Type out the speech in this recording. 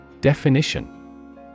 Definition